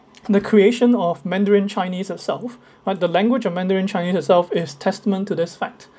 the creation of mandarin chinese itself right the language of mandarin chinese itself is testament to this fact